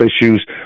issues